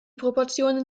proportionen